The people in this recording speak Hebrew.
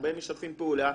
הרבה משתפים פעולה.